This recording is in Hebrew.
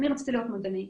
אני רציתי להיות מדענית.